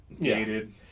dated